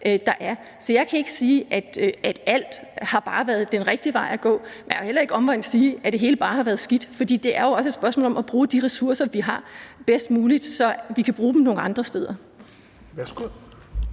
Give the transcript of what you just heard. der er. Så jeg kan ikke sige, at alt bare har været den rigtige vej at gå. Jeg kan heller ikke omvendt sige, at det hele bare har været skidt, for det er jo også et spørgsmål om at bruge de ressourcer, vi har, bedst muligt, så vi kan bruge dem nogle andre steder. Kl.